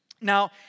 Now